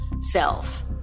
self